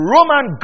Roman